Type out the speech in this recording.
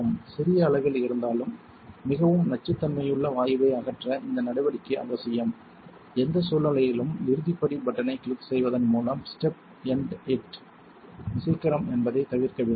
சிறிய அளவில் இருந்தாலும் மிகவும் நச்சுத்தன்மையுள்ள வாயுவை அகற்ற இந்த நடவடிக்கை அவசியம் எந்தச் சூழ்நிலையிலும் இறுதிப் படி பட்டனைக் கிளிக் செய்வதன் மூலம் ஸ்டெப் எண்ட் இட் சீக்கிரம் என்பதைத் தவிர்க்க வேண்டாம்